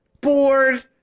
bored